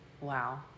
Wow